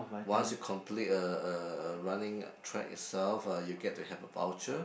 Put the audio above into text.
once you complete a a a running track itself uh you get to have a voucher